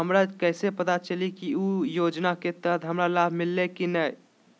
हमरा कैसे पता चली की उ योजना के तहत हमरा लाभ मिल्ले की न?